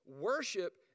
worship